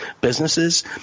businesses